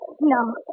no